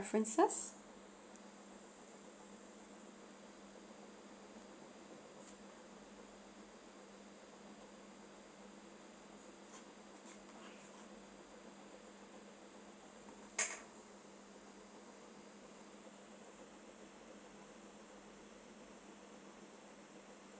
preferences